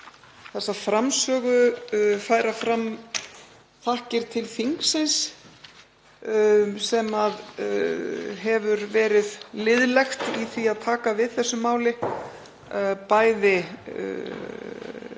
þessa framsögu færa fram þakkir til þingsins sem hefur verið liðlegt í því að taka við þessu máli undir